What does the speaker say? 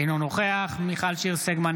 אינו נוכח מיכל שיר סגמן,